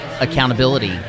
accountability